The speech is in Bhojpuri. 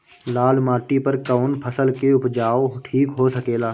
लाल माटी पर कौन फसल के उपजाव ठीक हो सकेला?